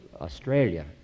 Australia